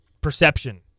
perception